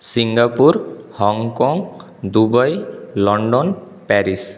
Singapore Hong Kong Dubai London Paris